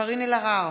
קארין אלהרר,